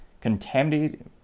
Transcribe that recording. contaminated